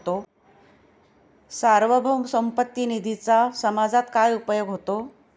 सार्वभौम संपत्ती निधीचा समाजात काय उपयोग होतो?